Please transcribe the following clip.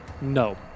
No